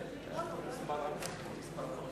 חוק שירות ביטחון (הוראת שעה)